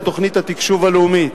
את תוכנית התקשוב הלאומית.